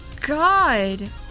God